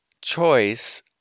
choice